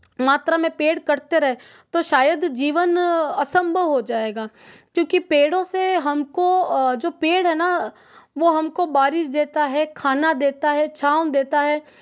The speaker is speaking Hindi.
मात्रा में पेड़ कटते रहे तो शायद जीवन असंभव हो जाएगा क्योंकि पेड़ों से हमको जो पेड़ है ना वो हमको बारिश देता है खाना देता है छांव देता है